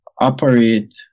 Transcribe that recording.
operate